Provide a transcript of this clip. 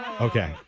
Okay